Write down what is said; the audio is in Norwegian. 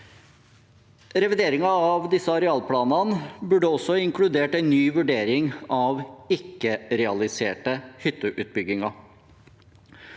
Revideringen av disse arealplanene burde også inkludert en ny vurdering av ikke-realiserte hytteutbygginger.